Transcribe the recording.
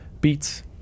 beats